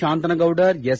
Shantanagoudar S